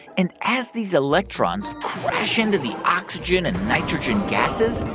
and as these electrons crash into the oxygen and nitrogen gases,